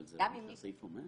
אבל זה לא מה שהסעיף אומר.